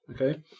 Okay